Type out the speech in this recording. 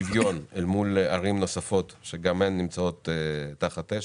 שוויון אל מול ערים נוספות שגם נמצאות תחת אש.